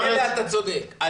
על אלה אתה צודק.